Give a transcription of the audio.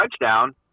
touchdown